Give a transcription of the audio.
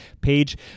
page